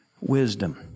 wisdom